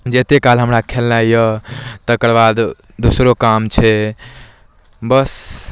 जे एतेक काल हमरा खेलनाइ अइ तकरबाद दोसरो काम छै बस